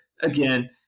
again